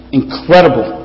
incredible